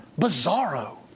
Bizarro